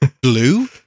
Blue